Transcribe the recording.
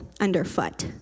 underfoot